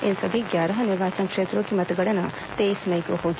इन सभी ग्यारह निर्वाचन क्षेत्रों की मतगणना तेईस मई को होगी